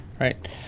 right